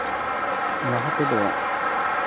ᱞᱟᱦᱟ ᱛᱮᱫᱚ